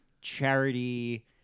Charity